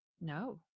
No